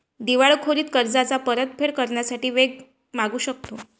दिवाळखोरीत कर्जाची परतफेड करण्यासाठी वेळ मागू शकतो